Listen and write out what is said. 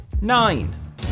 Nine